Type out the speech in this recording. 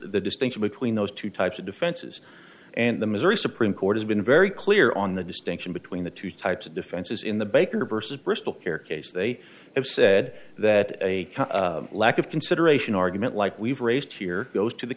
the distinction between those two types of defenses and the missouri supreme court has been very clear on the distinction between the two types of differences in the baker vs bristol care case they have said that a lack of consideration argument like we've raised here goes to the